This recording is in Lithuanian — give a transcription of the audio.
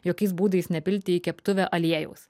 jokiais būdais nepilti į keptuvę aliejaus